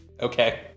Okay